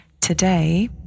Today